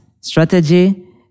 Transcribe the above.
strategy